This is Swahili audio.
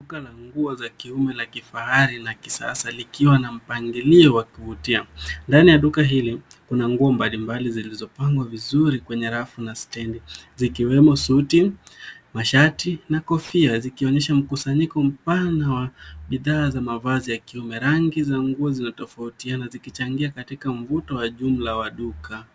Duka la nguo za kiume la kifahari na kisasa likiwa na mpangilio wa kuvutia. Ndani ya duka hili kuna nguo mbalimbali zilizopangwa vizuri kwenye rafu na stendi zikiwemo suti, mashati na kofia zikionyesha mkusanyiko mpana wa bidhaa za mavazi ya kiume. Rangi za nguo zinazo tofautiana zikichangia katika mvuto wa jumla wa duka.